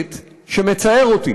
הכנסת שמצער אותי